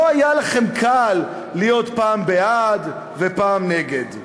לא היה לכם קל להיות פעם בעד ופעם נגד,